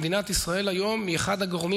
מדינת ישראל היום היא אחד הגורמים